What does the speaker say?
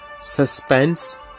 suspense